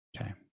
Okay